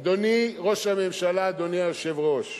אדוני ראש הממשלה, אדוני היושב-ראש,